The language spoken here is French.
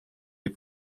les